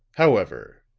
however,